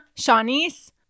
Shaunice